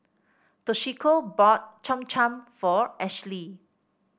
Toshiko bought Cham Cham for Ashely